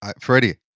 Freddie